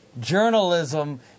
journalism